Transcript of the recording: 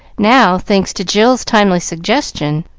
now, thanks to jill's timely suggestion,